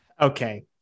Okay